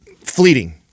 fleeting